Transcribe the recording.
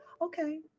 okay